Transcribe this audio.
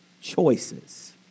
choices